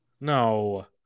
No